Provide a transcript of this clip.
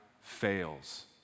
fails